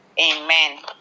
Amen